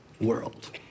world